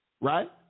right